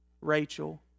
Rachel